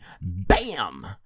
BAM